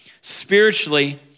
Spiritually